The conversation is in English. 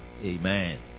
Amen